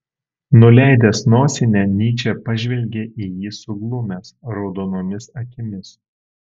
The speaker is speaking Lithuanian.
nuleidęs nosinę nyčė pažvelgė į jį suglumęs raudonomis akimis